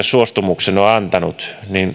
suostumuksensa on antanut